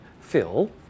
Phil